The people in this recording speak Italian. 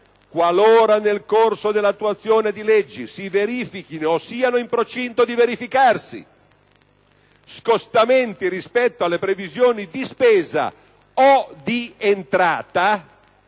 «Qualora nel corso dell'attuazione di leggi si verifichino o siano in procinto di verificarsi scostamenti rispetto alle previsioni di spesa o di entrata